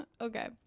Okay